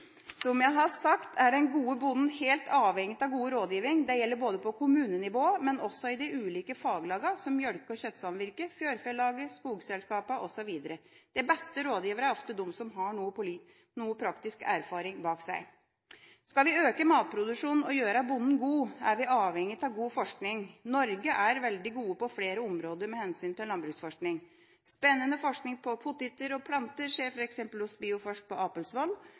Som jeg har sagt, er den gode bonden helt avhengig av god rådgiving. Det gjelder både på kommunenivå og i de ulike faglagene som melke- og kjøttsamvirkene, fjørfelagene, skogselskapene osv. De beste rådgiverne er ofte dem som har noe praktisk erfaring bak seg. Skal vi øke matproduksjonen og gjøre bonden god, er vi avhengig av god forskning. Norge er veldig gode på flere områder med hensyn til landbruksforskning. Spennende forskning på poteter og planter skjer f.eks. hos Bioforsk Øst på